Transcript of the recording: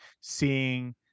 seeing